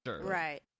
Right